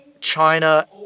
China